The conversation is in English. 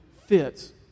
fits